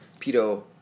pedo